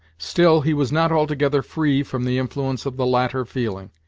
still he was not altogether free from the influence of the latter feeling.